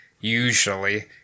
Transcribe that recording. Usually